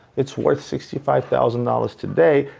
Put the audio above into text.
it's worth sixty five thousand dollars today,